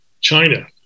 China